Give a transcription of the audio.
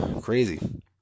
crazy